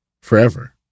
forever